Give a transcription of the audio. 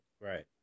Right